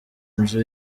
nzu